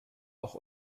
auch